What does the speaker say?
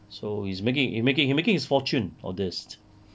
so is making he making he making his fortune all these